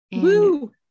Woo